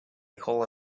called